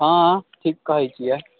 हँ ठीक कहैत छियै